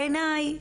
בעיניי,